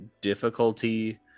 difficulty